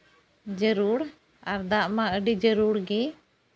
ᱡᱟᱹᱨᱩᱲ ᱟᱨ ᱫᱟᱜ ᱢᱟ ᱟᱹᱰᱤᱜᱮ ᱡᱟᱹᱨᱩᱲ ᱜᱮ